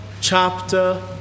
chapter